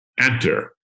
enter